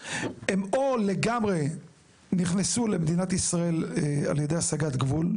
הם או לגמרי נכנסו למדינת ישראל על ידי הסגת גבול,